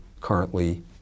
currently